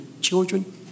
children